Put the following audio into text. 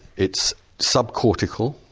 it's sub-cortical.